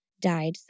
died